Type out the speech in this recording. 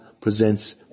presents